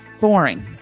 boring